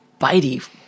bitey